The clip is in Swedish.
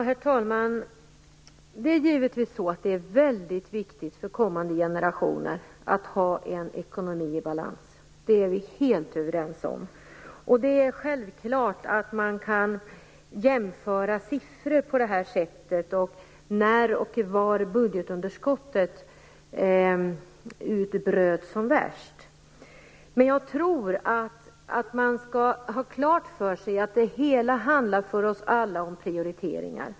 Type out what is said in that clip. Herr talman! Det är givetvis väldigt viktigt för kommande generationer att ha en ekonomi i balans. Det är vi helt överens om. Det är också självklart att man kan jämföra siffror på det här sättet om när och var budgetunderskottet utbröt som värst. Men jag tror att man skall ha klart för sig att det för oss alla handlar om prioriteringar.